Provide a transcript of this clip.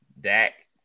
Dak